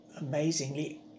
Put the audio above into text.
amazingly